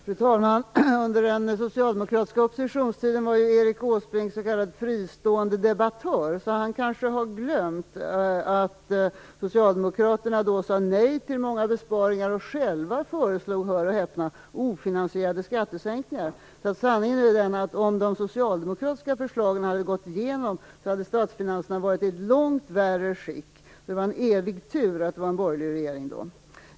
Fru talman! Under den socialdemokratiska oppositionstiden var Erik Åsbrink s.k. fristående debattör, så han kanske har glömt att Socialdemokraterna då sade nej till många besparingar och själva föreslog - hör och häpna! - ofinansierade skattesänkningar. Sanningen är den att om de socialdemokratiska förslagen hade gått igenom hade statsfinanserna nu varit i ett mycket värre skick. Så det var en evig tur att det var en borgerlig regering då.